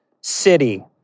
city